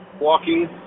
walking